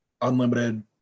unlimited